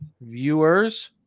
viewers